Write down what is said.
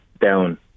down